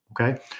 okay